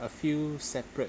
a few separate